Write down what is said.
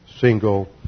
single